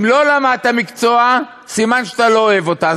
אם לא למדת מקצוע, סימן שאתה לא אוהב אותה.